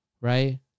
right